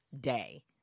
day